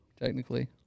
Technically